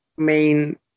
Main